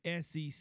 sec